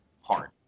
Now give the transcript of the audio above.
hard